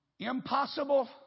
Impossible